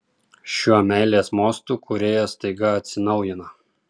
šiuo meilės mostu kūrėjas staiga atsinaujina